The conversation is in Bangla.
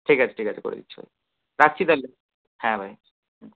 ঠিক আছে ঠিক আছে করে দিচ্ছি আমি রাখছি তাহলে হ্যাঁ ভাই